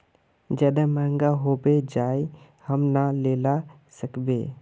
ज्यादा महंगा होबे जाए हम ना लेला सकेबे?